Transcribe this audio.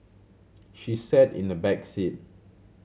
she sat in the back seat